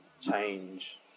change